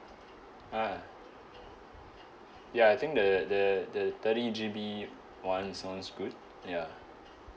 ah ya I think the the the thirty G_B one sounds good ya